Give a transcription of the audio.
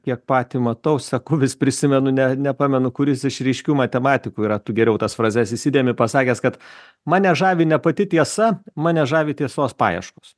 kiek patį matau sakau vis prisimenu ne nepamenu kuris iš ryškių matematikų yra tu geriau tas frazes įsidėmi pasakęs kad mane žavi ne pati tiesa mane žavi tiesos paieškos